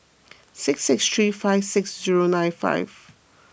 six six three five six zero nine five